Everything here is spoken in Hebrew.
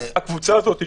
הקבוצה הזאת שהוגדרה,